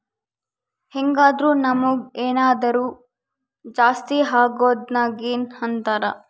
ಹೆಂಗಾದ್ರು ನಮುಗ್ ಏನಾದರು ಜಾಸ್ತಿ ಅಗೊದ್ನ ಗೇನ್ ಅಂತಾರ